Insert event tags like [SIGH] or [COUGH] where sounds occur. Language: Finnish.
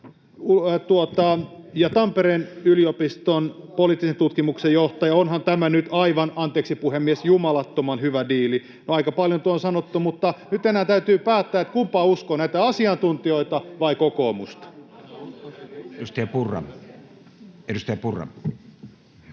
Tampereen yliopiston politiikan tutkimuksen johtaja: ”Onhan tämä nyt aivan” — anteeksi, puhemies — ”jumalattoman hyvä diili”. Aika paljon tuo on sanottu, mutta nyt enää täytyy päättää, kumpaa uskoo: näitä asiantuntijoita vai kokoomusta. [NOISE]